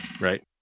right